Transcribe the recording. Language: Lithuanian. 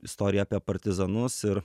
istorija apie partizanus ir